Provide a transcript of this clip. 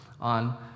on